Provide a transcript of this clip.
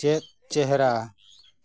ᱪᱮᱫ ᱪᱮᱦᱨᱟ